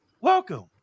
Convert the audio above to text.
welcome